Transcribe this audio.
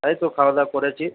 এই তো খাওয়াদাওয়া করেছি